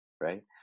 right